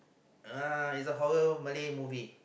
uh it's a horror Malay movie